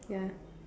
ya